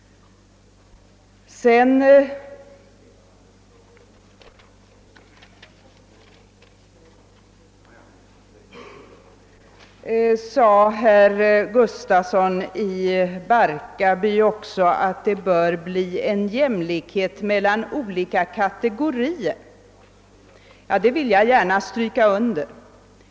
Herr Gustafsson i Barkarby sade vidare att det bör bli en jämlikhet mellan olika kategorier. Det vill jag gärna stryka under.